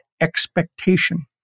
expectation